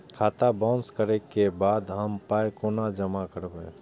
खाता बाउंस करै के बाद हम पाय कोना जमा करबै?